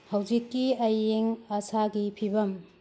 ꯍꯧꯖꯤꯛꯀꯤ ꯑꯏꯪ ꯑꯁꯥꯒꯤ ꯐꯤꯕꯝ